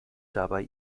dabei